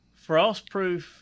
Frostproof